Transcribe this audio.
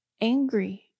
angry